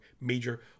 Major